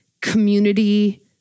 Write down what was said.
community